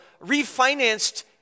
refinanced